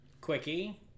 quickie